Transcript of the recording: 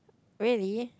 really